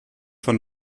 von